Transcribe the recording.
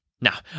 Now